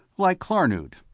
like klarnood,